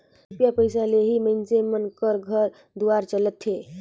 रूपिया पइसा ले ही मइनसे मन कर घर दुवार चलथे